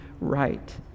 right